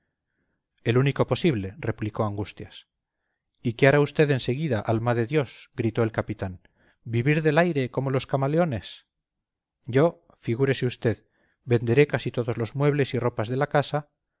el único posible replicó angustias y qué hará usted en seguida alma de dios gritó el capitán vivir del aire como los camaleones yo figúrese usted venderé casi todos los muebles y ropas de la casa